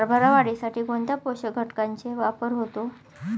हरभरा वाढीसाठी कोणत्या पोषक घटकांचे वापर होतो?